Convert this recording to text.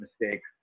mistakes